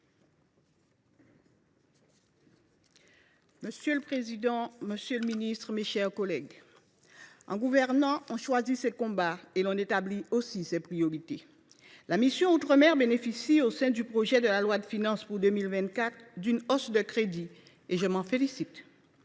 Monsieur le président, monsieur le ministre, mes chers collègues, gouverner c’est choisir ses combats et c’est établir ses priorités. La mission « Outre mer » bénéficie, au sein du projet de loi de finances pour 2024, d’une hausse de ses crédits, dont je me félicite.